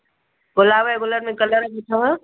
गुलाब जे गुलनि में कलर बि अथव